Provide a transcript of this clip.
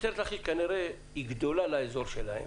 משטרת לכיש כנראה היא גדולה לאזור שלהם